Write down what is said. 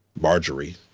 Marjorie